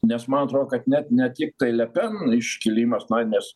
nes man atro kad net ne tiktai le pen iškilimas na nes